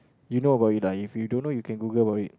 you know about it or not if you don't know you can Google about it